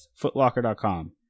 Footlocker.com